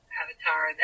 avatar